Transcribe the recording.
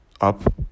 up